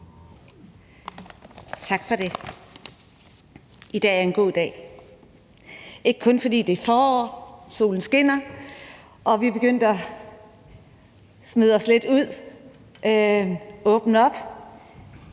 Tak for det. I dag er en god dag. Det er det ikke kun, fordi det er forår, fordi solen skinner, og fordi vi er begyndt at snige os lidt ud og åbne op,